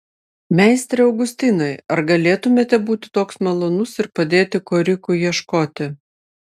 meistre augustinai ar galėtumėte būti toks malonus ir padėti korikui ieškoti